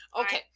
Okay